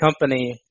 company